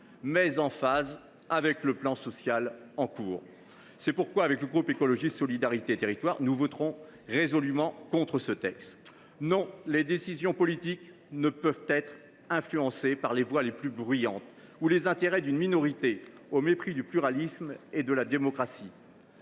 mais en phase avec le plan social en cours. C’est pourquoi le groupe Écologiste Solidarité et Territoires votera résolument contre. Non, les décisions politiques ne peuvent pas être influencées par les voix les plus bruyantes ou les intérêts d’une minorité au mépris du pluralisme et de la démocratie.